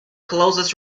closest